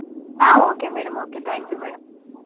okay madam okay thank you madam